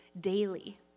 daily